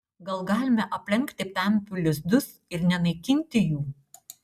gal galime aplenkti pempių lizdus ir nenaikinti jų